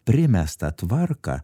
primesta tvarka